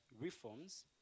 reforms